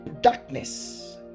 darkness